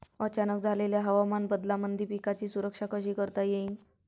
अचानक झालेल्या हवामान बदलामंदी पिकाची सुरक्षा कशी करता येईन?